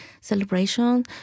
celebration